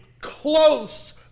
close